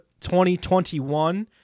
2021